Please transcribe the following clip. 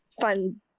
fun